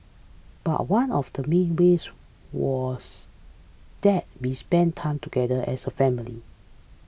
but one of the main ways was that we spent time together as a family